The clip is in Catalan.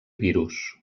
virus